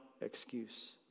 excuse